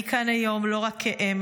אני כאן היום לא רק כאם,